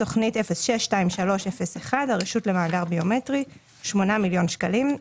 תוכנית 06-23-01 הרשות למאגר ביומטרי: 8 מיליון שקלים.